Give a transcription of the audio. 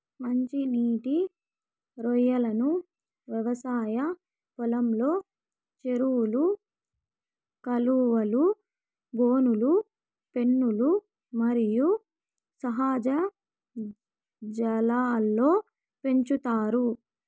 మంచి నీటి రొయ్యలను వ్యవసాయ పొలంలో, చెరువులు, కాలువలు, బోనులు, పెన్నులు మరియు సహజ జలాల్లో పెంచుతారు